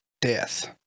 death